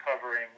covering